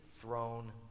throne